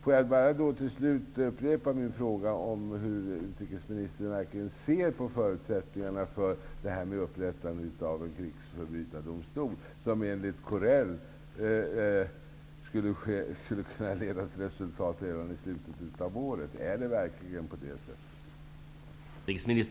Till sist vill jag återupprepa min fråga om hur utrikesministern verkligen ser på förutsättningarna för upprättandet av en krigsförbrytardomstol, som enligt Corell skulle kunna förverkligas redan i slutet av året. Är det verkligen på det sättet?